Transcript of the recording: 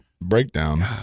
breakdown